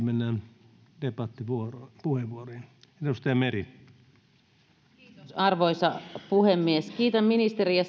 mennään debattipuheenvuoroihin arvoisa puhemies kiitän ministeriä